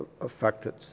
affected